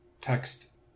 text